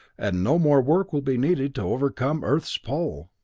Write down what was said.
and no more work will be needed to overcome earth's pull.